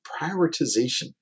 prioritization